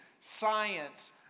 science